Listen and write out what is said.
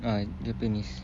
ah japanese